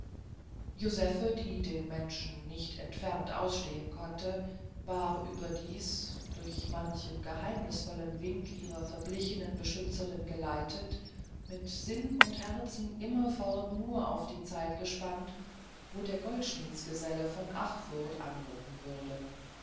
josephe die den menschen nicht entfernt ausstehen konnte war überdies durch manchen geheimnisvollen wink ihrer verblichenen beschützerin geleitet mit sinn und herzen immerfort nur auf die zeit gespannt wo der goldschmiedsgeselle von achfurth anrücken würde